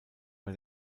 bei